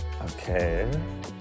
Okay